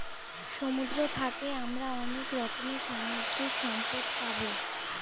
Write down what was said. সমুদ্র থাকে আমরা অনেক রকমের সামুদ্রিক সম্পদ পাবো